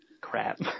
crap